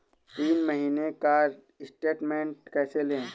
तीन महीने का स्टेटमेंट कैसे लें?